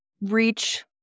reach